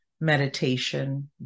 meditation